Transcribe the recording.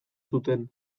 zuten